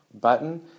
button